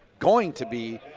going to be,